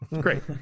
Great